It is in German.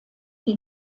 die